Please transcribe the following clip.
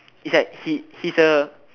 it's like he he's a